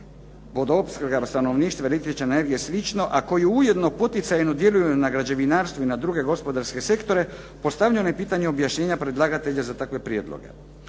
vodoopskrbe stanovništva električnom energijom a koji ujedno poticajno djeluju na građevinarstvo i na druge gospodarske sektore postavljeno je pitanje objašnjenja predlagatelja za takve prijedloge.